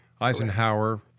Eisenhower